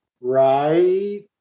right